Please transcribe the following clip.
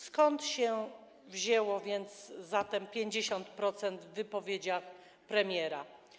Skąd wzięło się zatem 50% w wypowiedziach premiera?